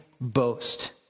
boast